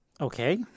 Okay